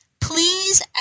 please